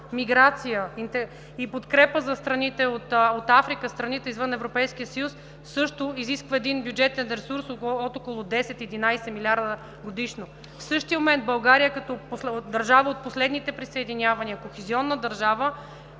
миграция и подкрепа за страните от Африка, страните извън Европейския съюз, също изисква един бюджетен ресурс от около 10 – 11 милиарда годишно. В същия момент България като държава от последните присъединявания, кохезионна държава,